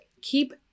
keep